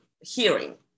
hearing